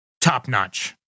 top-notch